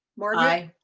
margaret. i.